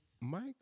Mike